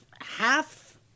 half